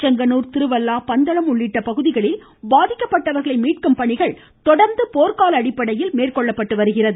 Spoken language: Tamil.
செங்கனூர் திருவல்லா பந்தளம் உள்ளிட்ட பகுதிகளில் பாதிக்கப்பட்டவர்களை மீட்கும் பணிகள் தொடர்ந்து போர்க்கால அடிப்படையில் நடைபெற்று வருகின்றன